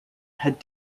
had